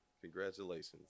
congratulations